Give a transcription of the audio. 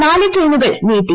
നാലു ട്രെയിനുകൾ നീട്ടി